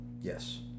Yes